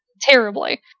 terribly